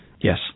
Yes